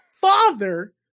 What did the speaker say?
father